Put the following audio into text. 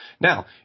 Now